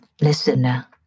listener